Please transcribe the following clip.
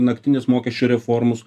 naktinės mokesčių reformos